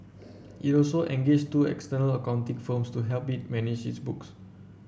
it also engaged two external accounting firms to help it manage its books